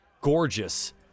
gorgeous